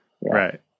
right